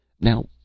now